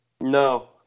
No